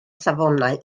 safonau